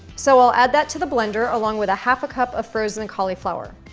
so, i'll add that to the blender along with a half a cup of frozen and cauliflower.